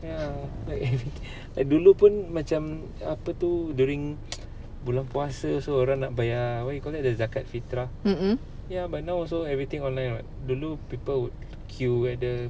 ya like dulu pun macam apa tu during bulan puasa orang nak bayar what you call that the zakat fitrah ya but now also everything online [what] dulu people would queue at the